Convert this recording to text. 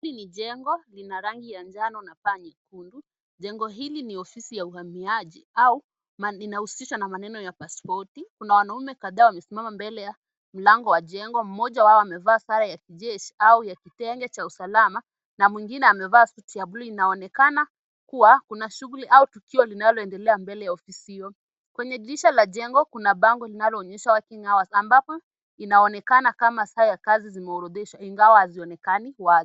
Hili ni jengo lina rangi ya njano na paa nyekundu. Jengo hili ni ofisi ya uhamiaji au inahusishwa na maneno ya pasipoti. Kuna wanaume kadhaa wamesimama mbele wa mlango wa jengo moja wao amevaa sare ya kijeshi au ya kitengo cha usalama amevaa suti ya bluu inaonekana kuwa kuna shughuli au tukio linaloendelea mbele ya ofisi hio. Kwenye dirisha la jengo kuna bango linaloonyesha working hours ambapo inaonekana kama saa ya kazi zimeorodeshwa ingawa hazionekani wazi.